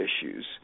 issues